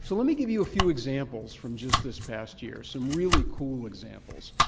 so let me give you a few examples from just this past year, some really cool examples.